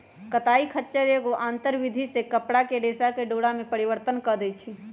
कताई खच्चर एगो आंतर विधि से कपरा के रेशा के डोरा में परिवर्तन कऽ देइ छइ